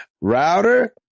Router